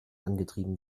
angetrieben